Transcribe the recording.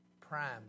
Prime